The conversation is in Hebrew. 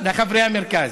לחברי המרכז.